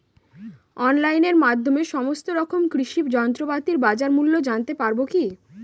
অনলাইনের মাধ্যমে সমস্ত রকম কৃষি যন্ত্রপাতির বাজার মূল্য জানতে পারবো কি?